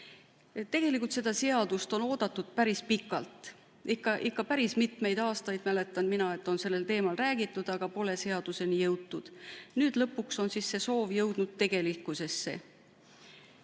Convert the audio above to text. Tegelikult on seda seadust oodatud päris pikalt. Ikka päris mitmeid aastaid, mäletan mina, on sellel teemal räägitud, aga pole seaduseni jõutud. Nüüd lõpuks on see soov jõudnud tegelikkusesse.